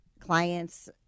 clients